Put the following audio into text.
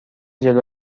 جلو